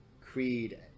Creed